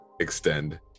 extend